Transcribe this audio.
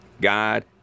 God